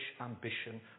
ambition